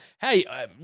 hey